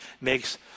makes